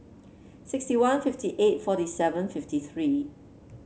sixty one fifty eight forty seven fifty three